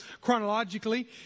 chronologically